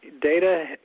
data